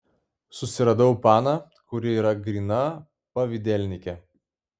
susiradau paną kuri yra gryna pavydelnikė